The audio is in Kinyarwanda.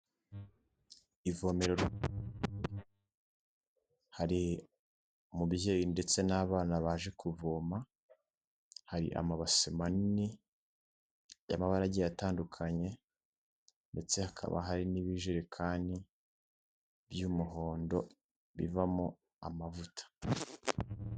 Kw’ivomero hari umubyeyi ndetse n'abana baje kuvoma hari amabase manini y'amabara agiye atandukanye ndetse hakaba hari n'ibijerekani by'umuhondo bivamo amavuta.